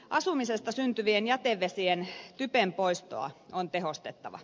asumisesta syntyvien jätevesien typenpoistoa on tehostettava